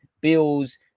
bills